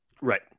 right